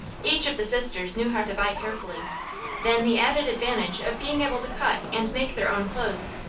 each of the sisters knew how to buy carefully then the added advantage of being able to cut and make their own clothes,